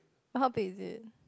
how big is it